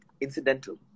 incidental